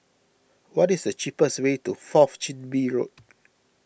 what is the cheapest way to Fourth Chin Bee Road